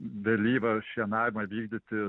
vėlyvą šienavimą vykdyti